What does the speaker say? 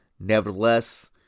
Nevertheless